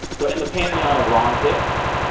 so in the pantheon of wrong picks,